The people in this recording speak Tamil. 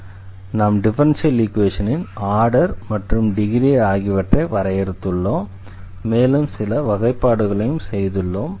எனவே நாம் டிஃபரன்ஷியல் ஈக்வேஷனின் ஆர்டர் மற்றும் டிகிரி ஆகியவற்றை வரையறுத்துள்ளோம் மேலும் சில வகைப்பாடுகளையும் செய்துள்ளோம்